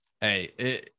Hey